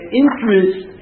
interest